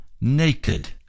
naked